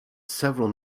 several